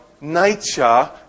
nature